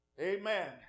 Amen